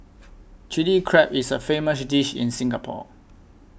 Chilli Crab is a famous dish in Singapore